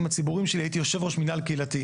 ציבוריים שלי הייתי יושב ראש מנהל קהילתי,